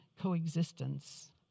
coexistence